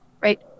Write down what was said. right